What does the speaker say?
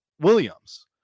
Williams